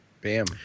Bam